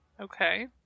Okay